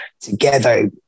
together